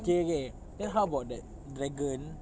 okay okay then how about that dragon